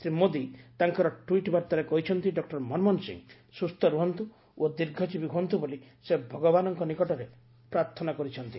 ଶ୍ରୀ ମୋଦୀ ତାଙ୍କର ଟ୍ୱିଟ୍ ବାର୍ତ୍ତାରେ କହିଛନ୍ତି ଡକ୍କର ମନମୋହନ ସିଂ ସୁସ୍ଥ ରୁହନ୍ତୁ ଓ ଦୀର୍ଘଜୀବୀ ହୁଅନ୍ତୁ ବୋଲି ସେ ଭଗବାନଙ୍କ ନିକଟରେ ପ୍ରାର୍ଥନା କରିଛନ୍ତି